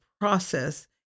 process